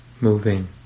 moving